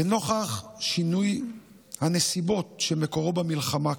ונוכח שינוי הנסיבות שמקורו במלחמה כאמור,